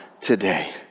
today